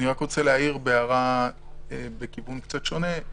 אני רוצה להעיר הערה בכיוון קצת שונה.